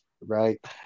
Right